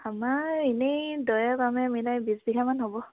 আমাৰ এনেই দই বামে মিলাই বিশ বিঘামান হ'ব